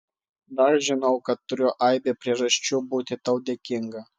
dar žinau kad turiu aibę priežasčių būti tau dėkinga